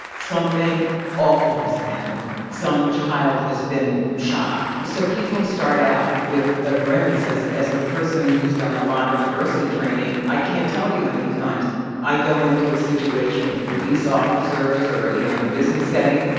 something awful has happened. some child has been shot. so people start out with a grimace. as as a person who's done a lot of diversity training, i can't tell you how many times i go into a situation with police officers or, you know, in a business setting,